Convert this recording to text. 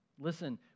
Listen